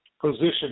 position